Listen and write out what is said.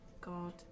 god